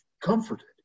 comforted